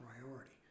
priority